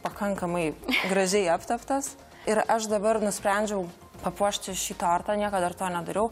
pakankamai gražiai apteptas ir aš dabar nusprendžiau papuošti šį tortą niekad dar to nedariau